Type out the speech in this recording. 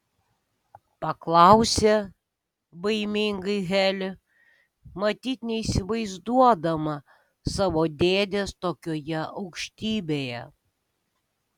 paklausė baimingai heli matyt neįsivaizduodama savo dėdės tokioje aukštybėje